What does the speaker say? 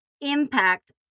impact